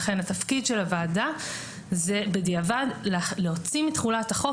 לכן התפקיד של הוועדה זה בדיעבד להוציא מתחולת החוק